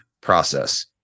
process